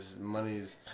money's